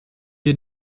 wir